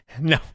No